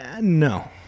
No